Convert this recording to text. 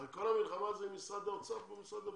הרי כל המלחמה היא עם משרד האוצר ומשרד הבריאות,